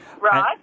Right